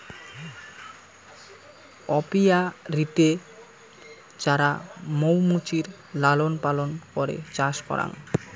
অপিয়ারীতে যারা মৌ মুচির লালন পালন করে চাষ করাং